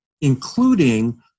including